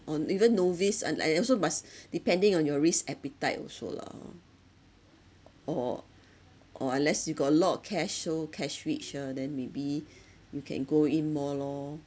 on even novice and and also must depending on your risk appetite also lah or or unless you got a lot of cash orh cash rich ah then maybe you can go in more lor